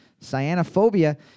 Cyanophobia